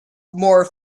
more